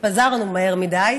התפזרנו מהר מדי,